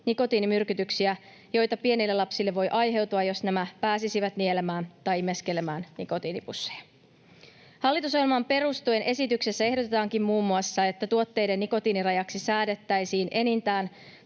nikotiinimyrkytyksiä, joita pienille lapsille voi aiheutua, jos nämä pääsisivät nielemään tai imeskelemään nikotiinipusseja. Hallitusohjelmaan perustuen esityksessä ehdotetaankin muun muassa, että tuotteiden nikotiinirajaksi säädettäisiin enintään